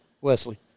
Wesley